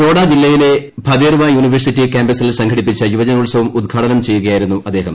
ദോഡാ ജില്ലയിലെ ഭദേർവാ യ്യൂണിവേഴ്സിറ്റി കാമ്പസിൽ സംഘടിപ്പിച്ച യുവജനോത്സവം ഉത്ഘാടനം ചെയ്തുകയായിരുന്നു അദ്ദേഹം